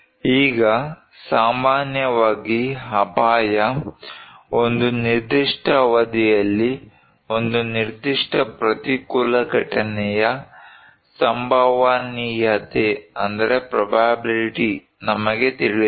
ಈಗ ಸಾಮಾನ್ಯವಾಗಿ ಅಪಾಯ ಒಂದು ನಿರ್ದಿಷ್ಟ ಅವಧಿಯಲ್ಲಿ ಒಂದು ನಿರ್ದಿಷ್ಟ ಪ್ರತಿಕೂಲ ಘಟನೆಯ ಸಂಭವನೀಯತೆ ನಮಗೆ ತಿಳಿದಿದೆ